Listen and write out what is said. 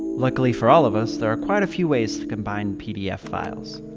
luckily for all of us, there are quite a few ways to combine pdf files.